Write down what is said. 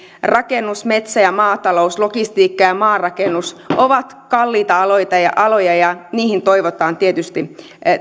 rakennus metsä maatalous ja logistiikka ja maanrakennus ovat kalliita aloja ja niihin toivotaan tietysti